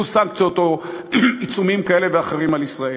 סנקציות או עיצומים כאלה ואחרים על ישראל.